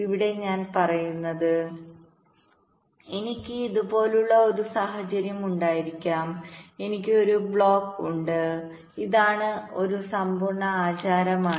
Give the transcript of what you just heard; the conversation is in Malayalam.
ഇവിടെ ഞാൻ പറയുന്നത് എനിക്ക് ഇതുപോലുള്ള ഒരു സാഹചര്യം ഉണ്ടായിരിക്കാം എനിക്ക് ഒരു ബ്ലോക്ക് ഉണ്ട് ഇതാണ് ഇത് ഒരു സമ്പൂർണ്ണ ആചാരമാണ്